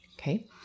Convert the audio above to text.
Okay